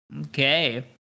Okay